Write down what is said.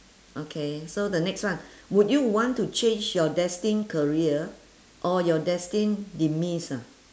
okay so the next one would you want to change your destined career or your destined demise ah